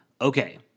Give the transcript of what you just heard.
Okay